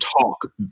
talk